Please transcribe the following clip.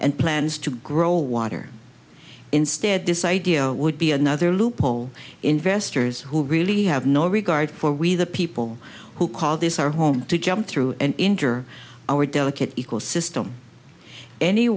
and plans to grow water instead this idea would be another loophole investors who really have no regard for we the people who call this our home to jump through and injure our delicate ecosystem any